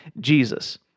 Jesus